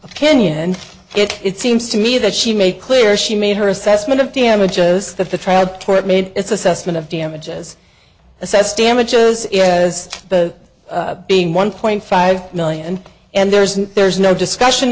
opinion it seems to me that she made clear she made her assessment of damages that the tribe where it made its assessment of damages assessed damages as the being one point five million and there's no there's no discussion